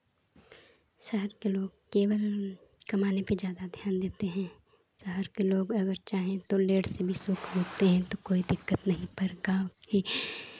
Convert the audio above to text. शहर के लोग केवल कमाने पे ज़्यादा ध्यान देते हैं शहर के लोग अगर चाहें तो लेट सवेर सब सोते हैं तो कोई दिक्कत नहीं पड़ता क्योंकि